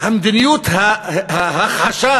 מדיניות ההכחשה